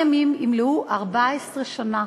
כמה ימים ימלאו 14 שנה